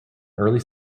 early